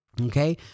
okay